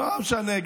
לא משנה.